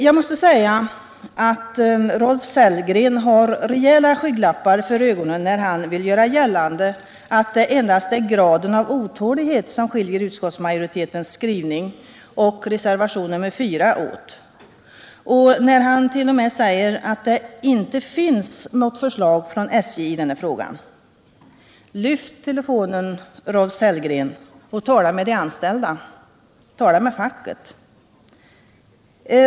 Jag måste säga att Rolf Sellgren har rejäla skygglappar för ögonen när han vill göra gällande att det endast är graden av otålighet som skiljer utskottsmajoritetens skrivning och reservation nr 4 åt, och när han t.o.m. säger att det inte finns något förslag från SJ i den här frågan. Lyft telefonen, Rolf Sellgren, och tala med de anställda! Tala med facket!